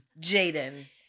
Jaden